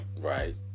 right